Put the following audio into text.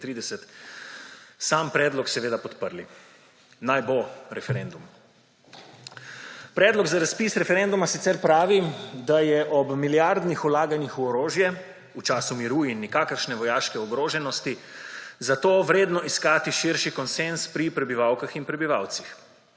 sam predlog seveda podprli. Naj bo referendum! Predlog za razpis referenduma sicer pravi, da je ob milijardnih vlaganjih v orožje v času miru in nikakršne vojaške ogroženosti zato vredno iskati širši konsenz pri prebivalkah in prebivalcih.